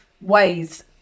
ways